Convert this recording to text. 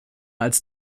als